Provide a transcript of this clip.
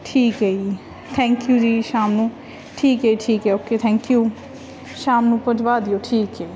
ਠੀਕ ਹੈ ਜੀ ਥੈਂਕ ਯੂ ਜੀ ਸ਼ਾਮ ਨੂੰ ਠੀਕ ਹੈ ਠੀਕ ਹੈ ਓਕੇ ਥੈਂਕ ਯੂ ਸ਼ਾਮ ਨੂੰ ਪਹੁੰਚਾ ਦਿਓ ਠੀਕ ਹੈ